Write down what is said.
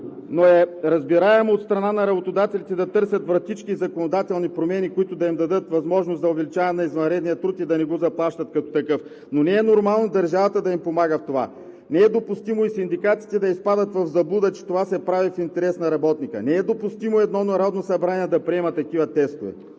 но е разбираемо от страна на работодателите да търсят вратички и законодателни промени, които да им дадат възможност за увеличаване на извънредния труд и да не го заплащат като такъв, но не е нормално държавата да им помага в това. Не е допустимо и синдикатите да изпадат в заблуда, че това се прави в интерес на работника. Не е допустимо едно Народно събрание да приема такива текстове.